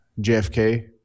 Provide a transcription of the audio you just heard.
JFK